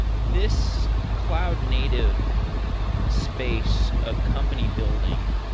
this cloud native space of company building,